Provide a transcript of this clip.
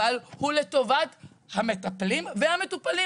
אבל הוא לטובת המטפלים והמטופלים.